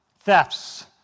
Thefts